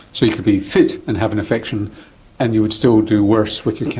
so you could be fit and have an infection and you would still do worse with your